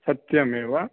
सत्यमेव